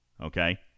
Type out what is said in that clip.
Okay